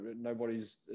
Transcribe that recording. nobody's